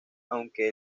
aunque